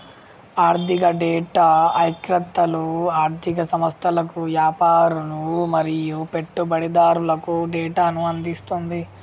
ఆర్ధిక డేటా ఇక్రేతలు ఆర్ధిక సంస్థలకు, యాపారులు మరియు పెట్టుబడిదారులకు డేటాను అందిస్తుంది